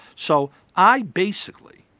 so i basically,